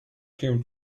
cream